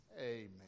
Amen